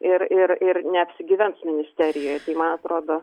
ir ir ir neapsigyvens ministerijoj man atrodo